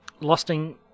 lusting